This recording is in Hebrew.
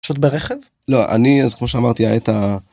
ברכב? לא, אני, אז כמו שאמרתי היה את ה....